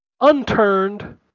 Unturned